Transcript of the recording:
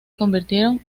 convirtieron